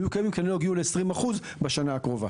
הם היו קיימים, כי הם לא יגיעו ל-20% בשנה הקרובה.